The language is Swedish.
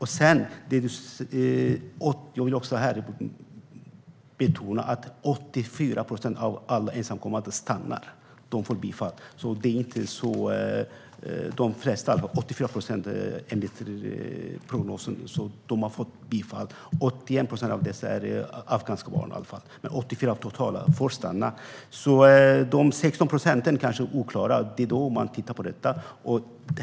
Jag vill också betona att 84 procent av alla ensamkommande stannar. De får bifall. Det är enligt prognosen 84 procent som har fått bifall. Av dessa är 81 procent afghanska barn, men totalt 84 procent får stanna. För de andra 16 procenten kanske åldern är oklar, och det är då man tittar på detta.